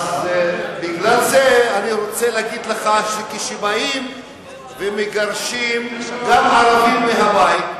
אז בגלל זה אני רוצה להגיד לך שכשבאים ומגרשים גם ערבים מהבית,